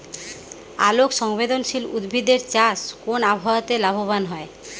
আলোক সংবেদশীল উদ্ভিদ এর চাষ কোন আবহাওয়াতে লাভবান হয়?